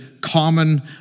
common